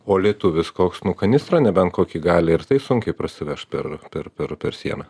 o lietuvis koks nu kanistrą nebent kokį gali ir tai sunkiai prasiveš per per per per sieną